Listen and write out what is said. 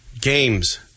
games